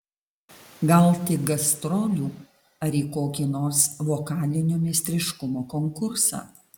gal tik gastrolių ar į kokį nors vokalinio meistriškumo konkursą